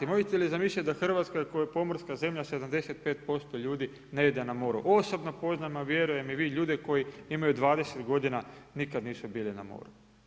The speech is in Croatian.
Možete zamisliti da Hrvatskoj koja je pomorska zemlja 75% ljudi ne ide na more, osobno poznam, a vjerujem i vi ljude koji imaju 20 godina nikad nisu bili na moru.